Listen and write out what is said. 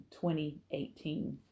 2018